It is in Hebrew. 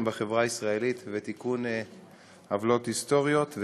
בחברה הישראלית ותיקון עוולות היסטוריות,